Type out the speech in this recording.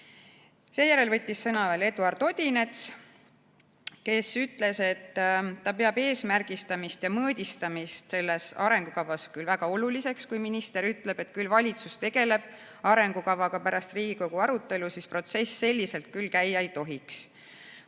Seejärel võttis veel sõna Eduard Odinets, kes ütles, et ta peab eesmärgistamist ja mõõdistamist selles arengukavas väga oluliseks. Kui minister ütleb, et küll valitsus tegeleb arengukavaga pärast Riigikogu arutelu, siis protsess selliselt küll käia ei tohiks.